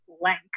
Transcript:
length